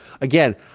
again